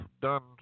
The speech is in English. done